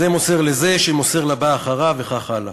זה מוסר לזה, שמוסר לבא אחריו, וכך הלאה